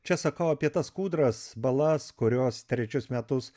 čia sakau apie tas kūdras balas kurios trečius metus